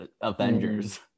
avengers